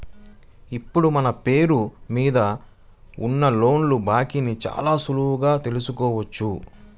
ఇప్పుడు మన పేరు మీద ఉన్న లోన్ల బాకీని చాలా సులువుగా తెల్సుకోవచ్చు